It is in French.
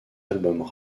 albums